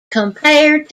compared